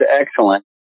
excellent